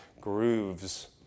grooves